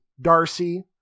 Darcy